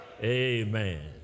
amen